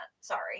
sorry